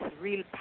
real